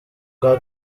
bwa